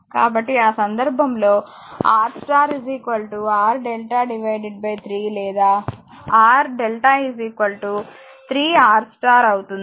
కాబట్టి ఆ సందర్భంలో R స్టార్ R డెల్టా 3 లేదా R డెల్టా 3 R స్టార్ అవుతుంది